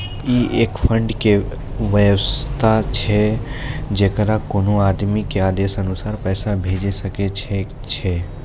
ई एक फंड के वयवस्था छै जैकरा कोनो आदमी के आदेशानुसार पैसा भेजै सकै छौ छै?